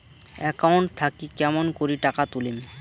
Account থাকি কেমন করি টাকা তুলিম?